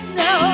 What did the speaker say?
no